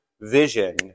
vision